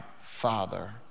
Father